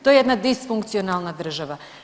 To je jedna disfunkcionalna država.